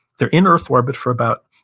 they're in earth orbit for about,